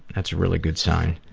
that's a really good sign.